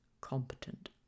competent